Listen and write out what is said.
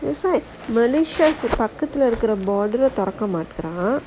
will you share malaysia பக்கத்துல இருக்குற:pakkathula irukkura border தொறக்க மாற்றான்:thorakka maattraan !huh!